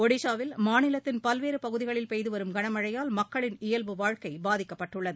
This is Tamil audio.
ஜடிசாவில் மாநிலத்தின் பல்வேறு பகுதிகளில் பெய்துவரும் கனமழையால் மக்களின் இயல்பு வாழ்க்கை பாதிக்கப்பட்டள்ளது